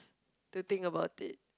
to think about it